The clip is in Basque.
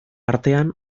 artean